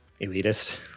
Elitist